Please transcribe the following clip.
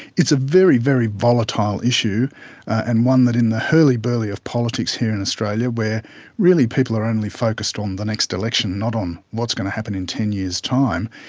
it's a very, very volatile issue and one that in the hurly burly of politics here in australia, where really people are only focused on the next election, not on what's going to happen in ten years time,